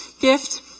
gift